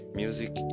music